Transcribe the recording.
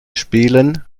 spielen